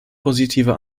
positive